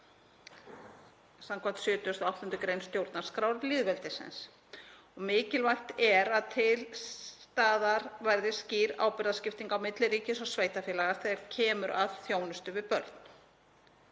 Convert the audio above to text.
samkvæmt 78. gr. stjórnarskrár lýðveldisins Íslands. Mikilvægt er að til staðar verði skýr ábyrgðarskipting á milli ríkis og sveitarfélaga þegar kemur að þjónustu við börn.